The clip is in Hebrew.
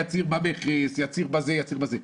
יצהיר במכס, יצהיר בזה, יצהיר בזה.